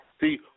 See